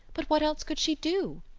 but what else could she do?